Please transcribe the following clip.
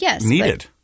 needed